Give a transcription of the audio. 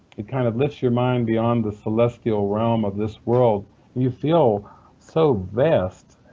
it kind of lifts your mind beyond the celestial realm of this world and you feel so vast,